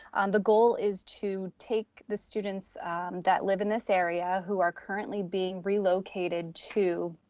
the goal is to take the students that live in this area who are currently being relocated to